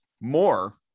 more